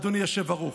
אדוני היושב-ראש.